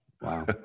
Wow